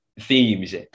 themes